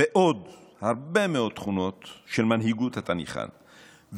ועוד הרבה מאוד תכונות של מנהיגות אתה ניחן,